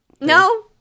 No